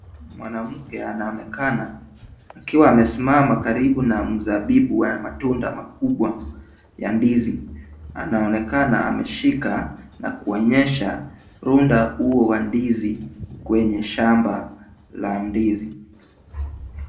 Mwanamke anaonekana akiwa amesimama karibu na mzabibu wa matunda makubwa ya ndizi. Anaonekana ameshika na kuonyesha runda huo wa ndizi kwenye shamba la ndizi.